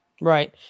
Right